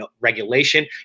regulation